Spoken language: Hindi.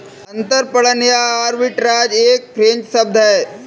अंतरपणन या आर्बिट्राज एक फ्रेंच शब्द है